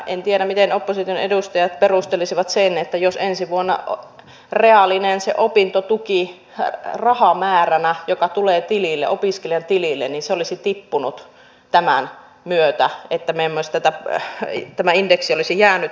en tiedä miten opposition edustajat perustelisivat sen jos ensi vuonna reaalinen opintotuki rahamääränä joka tulee opiskelijan tilille olisi tippunut tämän myötä mikäli tämä indeksi olisi jäänyt ennalleen